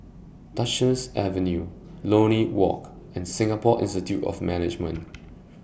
Duchess Avenue Lornie Walk and Singapore Institute of Management